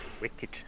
Wicked